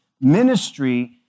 ministry